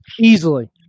Easily